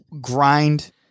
grind